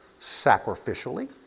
sacrificially